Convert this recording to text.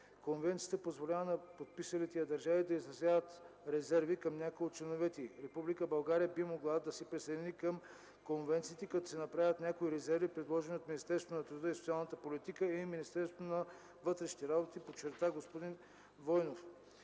Конвенцията позволява на подписалите я държави да изразяват резерви към някои от членовете й. Република България би могла да се присъедини към конвенциите, като се направят някои резерви, предложени от Министерство на труда и социалната политика и Министерство на вътрешните работи, подчерта господин Войнов.